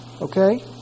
Okay